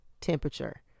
temperature